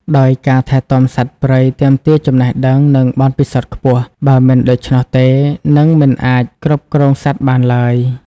ដោយការថែទាំសត្វព្រៃទាមទារចំណេះដឹង និងបទពិសោធន៍ខ្ពស់ បើមិនដូច្នោះទេនិងមិនអាចគ្រប់គ្រងសត្វបានឡើយ។